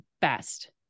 best